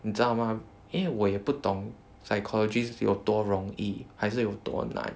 你知道吗因为我也不懂 psychology 有多容易还是有多难